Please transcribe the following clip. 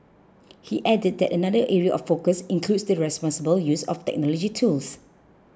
he added that another area of focus includes the responsible use of technology tools